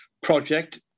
project